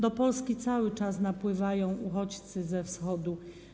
Do Polski cały czas napływają uchodźcy ze wschodu.